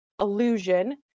illusion